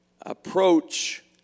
approach